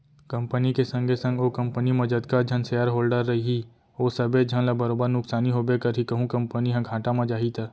company के संगे संग ओ कंपनी म जतका झन सेयर होल्डर रइही ओ सबे झन ल बरोबर नुकसानी होबे करही कहूं कंपनी ह घाटा म जाही त